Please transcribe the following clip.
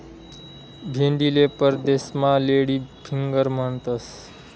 भेंडीले परदेसमा lady finger म्हणतंस